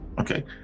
okay